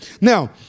now